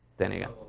dan again.